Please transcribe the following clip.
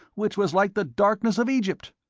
which was like the darkness of egypt.